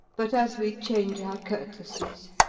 but as we change our courtesies.